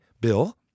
Bill